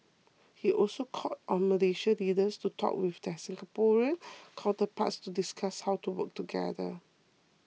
he also called on Malaysian leaders to talk with their Singaporean counterparts to discuss how to work together